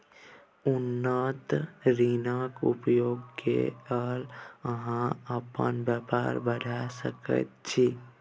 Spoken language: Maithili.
उत्तोलन ऋणक उपयोग क कए अहाँ अपन बेपार बढ़ा सकैत छी